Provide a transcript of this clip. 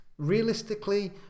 realistically